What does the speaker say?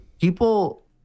people